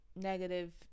negative